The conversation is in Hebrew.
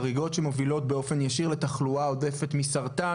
חריגות שמובילות באופן ישיר לתחלואה עודפת מסרטן,